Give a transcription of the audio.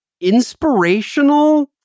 inspirational